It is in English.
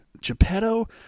Geppetto